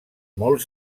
molt